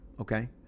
okay